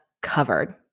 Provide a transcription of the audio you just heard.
covered